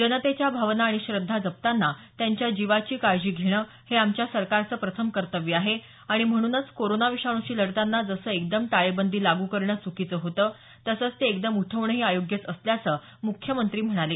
जनतेच्या भावना आणि श्रद्धा जपताना त्यांच्या जिवाची काळजी घेणं हे आमच्या सरकारचं प्रथम कर्तव्य आहे आणि म्हणूनच कोरोना विषाणूशी लढताना जसं एकदम टाळेबंदी लागू करणं चुकीचं होतं तसंच ते एकदम उठवणंही अयोग्यच असल्याचं मुख्यमंत्री म्हणाले